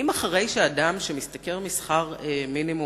בואו נדבר על זכויות אדם בהקשר של "תפרון".